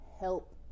help